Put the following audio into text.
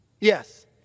Yes